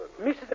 Mrs